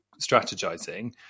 strategizing